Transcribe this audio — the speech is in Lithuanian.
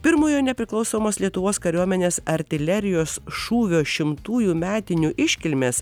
pirmojo nepriklausomos lietuvos kariuomenės artilerijos šūvio šimtųjų metinių iškilmės